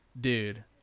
Dude